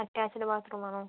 attached bathroom ആണോ